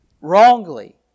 wrongly